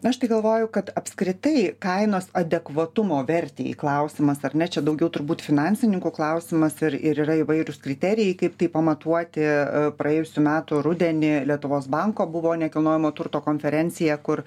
aš tai galvoju kad apskritai kainos adekvatumo vertei klausimas ar ne čia daugiau turbūt finansininkų klausimas ir ir yra įvairūs kriterijai kaip tai pamatuoti praėjusių metų rudenį lietuvos banko buvo nekilnojamo turto konferencija kur